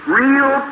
real